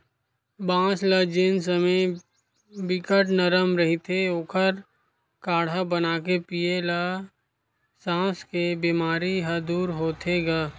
बांस ल जेन समे बिकट नरम रहिथे ओखर काड़हा बनाके पीए ल सास के बेमारी ह दूर होथे गा